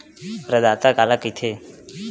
प्रदाता काला कइथे?